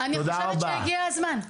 אני חושבת שהגיע הזמן.